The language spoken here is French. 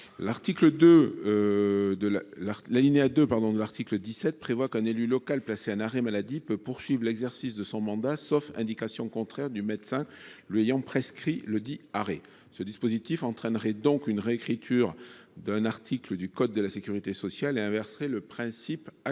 Sautarel. L’alinéa 2 de l’article 17 prévoit qu’un élu local placé en arrêt maladie peut poursuivre l’exercice de son mandat sauf indication contraire du médecin lui ayant prescrit ledit arrêt. Ce dispositif entraînerait une réécriture de l’article L. 323 6 du code de la sécurité sociale et inverserait le principe actuellement